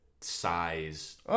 size